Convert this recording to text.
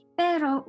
pero